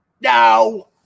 no